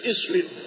Israel